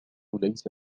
ليس